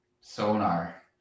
Sonar